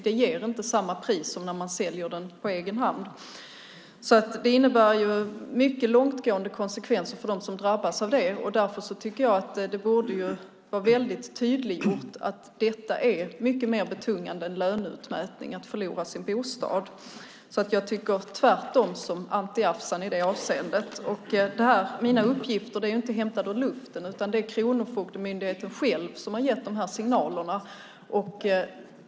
Det blir inte samma pris som när man säljer den på egen hand. Det innebär mycket långtgående konsekvenser för dem som drabbas. Därför borde det göras väldigt tydligt att det är mycket mer betungande än löneutmätning att förlora sin bostad. Jag tycker alltså tvärtom, Anti Avsan, i det avseendet. Mina uppgifter är inte tagna ur luften, utan Kronofogdemyndigheten själv har gett de här signalerna.